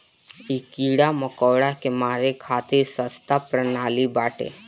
इ कीड़ा मकोड़ा के मारे खातिर सस्ता प्रणाली बाटे